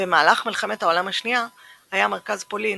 במהלך מלחמת העולם השנייה היה מרכז פולין,